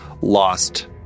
lost